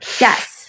Yes